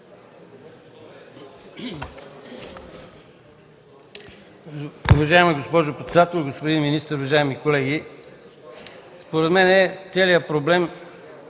Уважаема госпожо председател, господин министър, уважаеми колеги! Според мен целият проблем